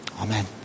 Amen